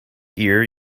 ear